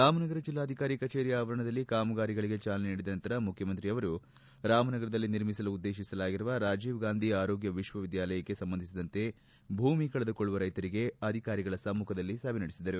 ರಾಮನಗರ ಜಿಲ್ಲಾಧಿಕಾರಿ ಕಚೇರಿ ಆವರಣದಲ್ಲಿ ಕಾಮಗಾರಿಗಳಿಗೆ ಚಾಲನೆ ನೀಡಿದ ನಂತರ ಮುಖ್ಚಮಂತ್ರಿ ಅವರು ರಾಮನಗರದಲ್ಲಿ ನಿರ್ಮಿಸಲು ಉದ್ದೇಶಿಸಲಾಗಿರುವ ರಾಜೀವಗಾಂಧಿ ಆರೋಗ್ಯ ವಿಶ್ವವಿದ್ದಾಲಯಕ್ಕೆ ಸಂಬಂಧಿಸಿದಂತೆ ಭೂಮಿ ಕಳೆದುಕೊಳ್ಳುವ ರೈತರೊಂದಿಗೆ ಅಧಿಕಾರಿಗಳ ಸಮ್ಮಖದಲ್ಲಿ ಸಭೆ ನಡೆಸಿದರು